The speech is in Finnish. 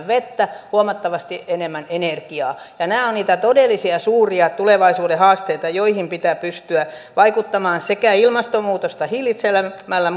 vettä huomattavasti enemmän energiaa ja nämä ovat niitä todellisia suuria tulevaisuuden haasteita joihin pitää pystyä vaikuttamaan sekä ilmastonmuutosta hillitsemällä